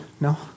No